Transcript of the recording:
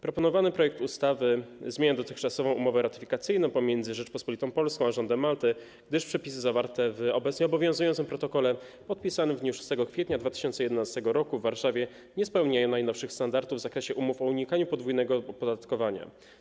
Proponowany projekt ustawy zmienia dotychczasową umowę ratyfikacyjną pomiędzy Rzecząpospolitą Polską a rządem Malty, gdyż przepisy zawarte w obecnie obowiązującym protokole podpisanym w dniu 6 kwietnia 2011 r. w Warszawie nie spełniają najnowszych standardów w zakresie umów o unikaniu podwójnego opodatkowania.